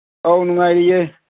ꯑꯥꯎ ꯅꯨꯡꯉꯥꯏꯔꯤꯌꯦ